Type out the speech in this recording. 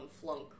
flunk